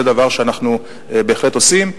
זה דבר שאנחנו בהחלט עושים ומסבירים.